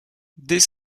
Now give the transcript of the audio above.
dès